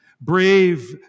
brave